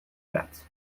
that